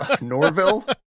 Norville